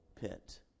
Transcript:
pit